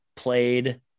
Played